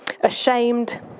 Ashamed